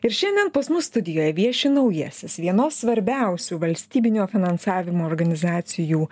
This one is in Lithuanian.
ir šiandien pas mus studijoj vieši naujasis vienos svarbiausių valstybinio finansavimo organizacijų